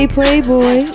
Playboy